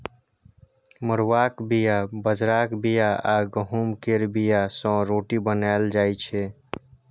मरुआक बीया, बजराक बीया आ गहुँम केर बीया सँ रोटी बनाएल जाइ छै